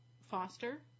foster